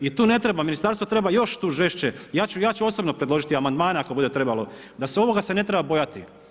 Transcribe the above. I tu ne treba, ministarstvo treba još tu žešće, ja ću osobno predložiti amandmane ako bude trebalo, ovoga se ne treba bojati.